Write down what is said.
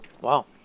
Wow